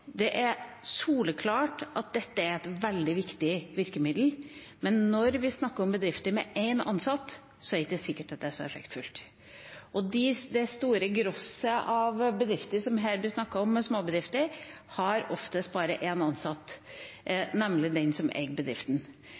Det er soleklart at dette er et veldig viktig virkemiddel, men når vi snakker om bedrifter med én ansatt, er det ikke sikkert at det er så effektfullt. Det store grosset av bedrifter som det her blir snakket om, med små bedrifter, har oftest bare én ansatt, nemlig den som eier bedriften.